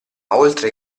oltre